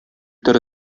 тере